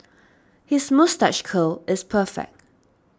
his moustache curl is perfect